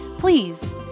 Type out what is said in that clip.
Please